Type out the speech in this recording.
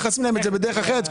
מכסים להם בדרך אחרת,